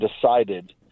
decided